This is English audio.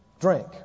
Drink